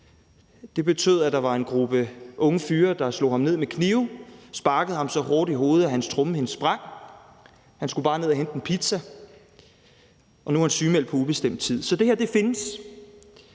betød, at der var en gruppe unge fyre, der slog ham ned med knive og sparkede ham så hårdt i hovedet, at hans trommehinde sprang. Han skulle bare ned og hente pizza, og nu er han sygemeldt på ubestemt tid. Så det her findes.